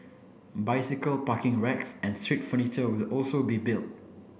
bicycle parking racks and street furniture will also be built